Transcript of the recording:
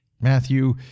Matthew